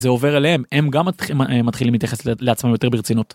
זה עובר אליהם. הם גם מתחילים מתייחס לעצמם יותר ברצינות.